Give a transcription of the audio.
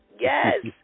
Yes